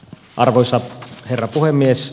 arvoisa herra puhemies